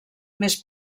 més